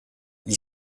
gli